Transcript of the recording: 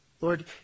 Lord